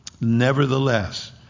Nevertheless